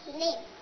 name